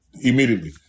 immediately